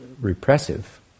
repressive